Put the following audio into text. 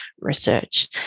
research